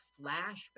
flashback